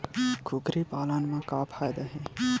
कुकरी पालन म का फ़ायदा हे?